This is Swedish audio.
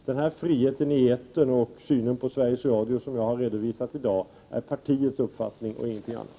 Den frihet i etern och den syn på Sveriges Radio som jag har redovisat i dag är partiets uppfattning och ingenting annat.